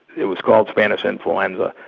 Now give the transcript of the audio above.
it was called spanish influenza,